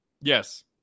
Yes